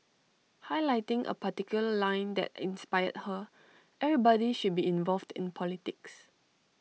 highlighting A particular line that inspired her everybody should be involved in politics